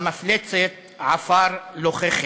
המפלצת עפר לוחכת".